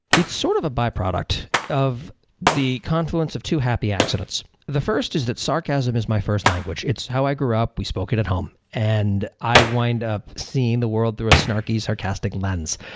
it's sort of a byproduct of the confluence of two happy accidents. the first is that sarcasm is my first language. it's how i grew up. we spoke it at home, and i wind up seeing the world through a snarky, sarcastic lens.